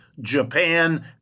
Japan